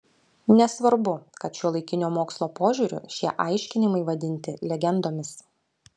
nesvarbu kad šiuolaikinio mokslo požiūriu šie aiškinimai vadintini legendomis